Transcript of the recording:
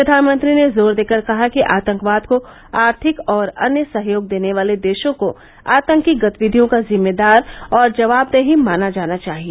प्रधानमंत्री ने जोर देकर कहा कि आतंकवाद को आर्थिक और अन्य सहयोग देने वाले देशों को आतंकी गतिविधियों का जिम्मेदार और जवाबदेही माना जाना चाहिए